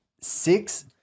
six